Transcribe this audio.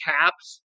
caps